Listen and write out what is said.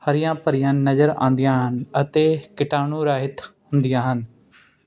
ਹਰੀਆਂ ਭਰੀਆਂ ਨਜ਼ਰ ਆਉਂਦੀਆਂ ਹਨ ਅਤੇ ਕੀਟਾਣੂ ਰਹਿਤ ਹੁੰਦੀਆਂ ਹਨ